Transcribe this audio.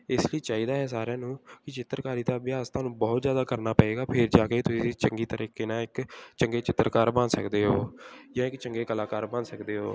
ਇਸ ਲਈ ਚਾਹੀਦਾ ਹੈ ਸਾਰਿਆਂ ਨੂੰ ਕਿ ਚਿੱਤਰਕਾਰੀ ਦਾ ਅਭਿਆਸ ਤੁਹਾਨੂੰ ਬਹੁਤ ਜ਼ਿਆਦਾ ਕਰਨਾ ਪਵੇਗਾ ਫੇਰ ਜਾ ਕੇ ਤੁਸੀਂ ਚੰਗੇ ਤਰੀਕੇ ਨਾਲ ਇੱਕ ਚੰਗੇ ਚਿੱਤਰਕਾਰ ਬਣ ਸਕਦੇ ਹੋ ਜਾਂ ਇੱਕ ਚੰਗੇ ਕਲਾਕਾਰ ਬਣ ਸਕਦੇ ਹੋ